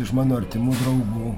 iš mano artimų draugų